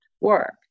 work